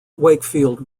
wakefield